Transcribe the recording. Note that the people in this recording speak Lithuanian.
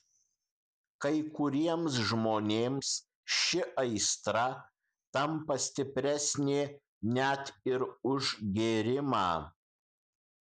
kai kuriems žmonėms ši aistra tampa stipresnė net ir už gėrimą